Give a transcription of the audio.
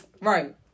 Right